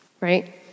Right